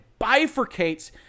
bifurcates